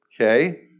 okay